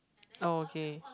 okay